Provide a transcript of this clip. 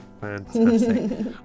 Fantastic